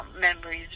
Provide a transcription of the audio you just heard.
memories